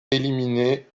éliminée